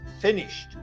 finished